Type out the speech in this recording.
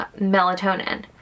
melatonin